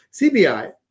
CBI